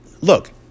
look